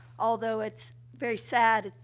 although it's very sad,